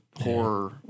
horror